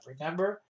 Remember